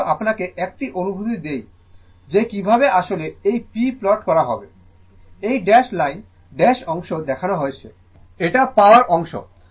আমি শুধু আপনাকে একটি অনুভূতি দেয় যে কিভাবে আসলে এই p প্লট করা হবে এই ড্যাশ লাইন ড্যাশ অংশ দেখানো হয়েছে এটা পাওয়ার অংশ